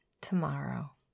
tomorrow